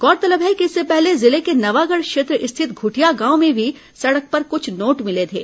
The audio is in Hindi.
गौरतलब है कि इससे पहले जिले के नवागढ़ क्षेत्र स्थित घूठिया गांव में भी सड़क पर कृछ नोट मिले थे